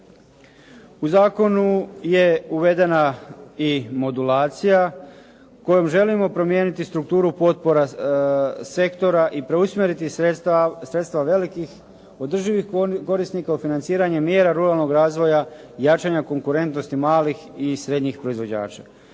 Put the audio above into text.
U zakonu je uvedena i modulacija kojom želimo promijeniti strukturu potpora sektora i preusmjeriti sredstva velikih održivih korisnika u financiranje mjera ruralnog razvoja i jačanja konkurentnosti malih i srednjih proizvođača.